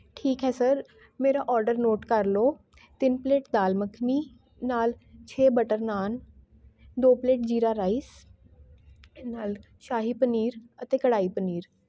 ਠੀਕ ਹੈ ਸਰ ਮੇਰਾ ਔਡਰ ਨੋਟ ਕਰ ਲਉ ਤਿੰਨ ਪਲੇਟ ਦਾਲ ਮੱਖਣੀ ਨਾਲ ਛੇ ਬਟਰ ਨਾਨ ਦੋ ਪਲੇਟ ਜੀਰਾ ਰਾਈਸ ਨਾਲ ਸ਼ਾਹੀ ਪਨੀਰ ਅਤੇ ਕੜਾਹੀ ਪਨੀਰ